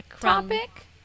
topic